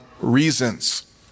reasons